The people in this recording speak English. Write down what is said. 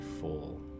full